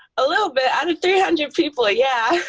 a little bit. out of three hundred people, ah yeah.